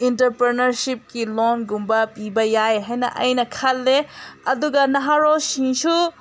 ꯑꯦꯟꯇꯔꯄꯦꯅꯔꯁꯤꯞꯀꯤ ꯂꯣꯟꯒꯨꯝꯕ ꯄꯤꯕ ꯌꯥꯏ ꯍꯥꯏꯅ ꯑꯩꯅ ꯈꯜꯂꯦ ꯑꯗꯨꯒ ꯅꯍꯥꯔꯣꯜꯁꯤꯡꯁꯨ